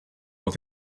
what